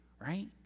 right